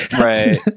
Right